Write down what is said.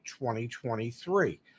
2023